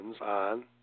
on